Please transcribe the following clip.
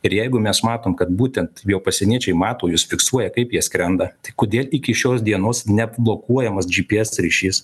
ir jeigu mes matom kad būtent jau pasieniečiai mato juos fiksuoja kaip jie skrenda tai kodėl iki šios dienos neatblokuojamas gps ryšys